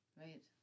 Right